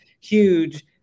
huge